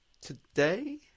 today